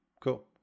cool